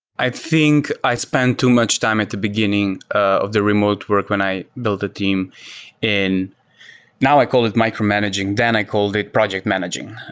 i think i spend too much time at the beginning of the remote work when i build a team in now i call it micromanaging. then i called a project managing.